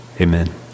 Amen